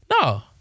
No